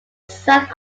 south